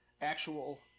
actual